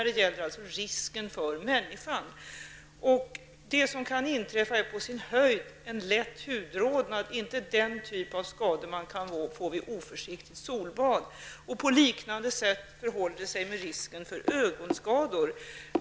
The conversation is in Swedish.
Det gäller alltså risken för människan. Det som kan inträffa är på sin höjd en lätt hudrodnad, inte den typ av skador man kan få vid oförsiktigt solbad. På liknande sätt förhåller det sig med risken för ögonskador.